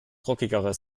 rockigeres